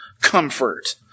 comfort